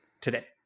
today